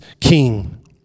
king